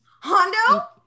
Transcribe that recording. hondo